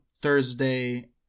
Thursday